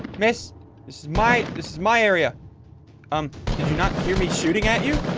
miss. this is my this is my area um not here me shooting at you